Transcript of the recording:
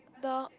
the